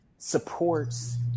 supports